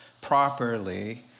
properly